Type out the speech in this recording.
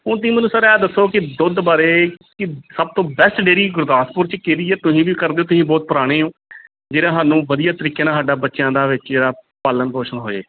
ਹੁਣ ਤੁਸੀਂ ਮੈਨੂੰ ਸਰ ਐਂ ਦੱਸੋ ਕਿ ਦੁੱਧ ਬਾਰੇ ਕਿ ਸਭ ਤੋਂ ਬੈਸਟ ਡੇਅਰੀ ਗੁਰਦਾਸਪੁਰ 'ਚ ਕਿਹੜੀ ਹੈ ਤੁਸੀਂ ਵੀ ਕਰਦੇ ਹੋ ਤੁਸੀਂ ਬਹੁਤ ਪੁਰਾਣੇ ਹੋ ਜਿਹੜਾ ਸਾਨੂੰ ਵਧੀਆ ਤਰੀਕੇ ਨਾਲ ਸਾਡਾ ਬੱਚਿਆਂ ਦਾ ਵਿੱਚ ਜਿਹੜਾ ਪਾਲਣ ਪੋਸ਼ਣ ਹੋਏ